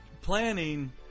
planning